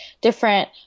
different